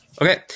Okay